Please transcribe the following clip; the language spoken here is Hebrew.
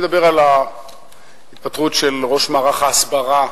אני מדבר על ההתפטרות של ראש מערך ההסברה